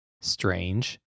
strange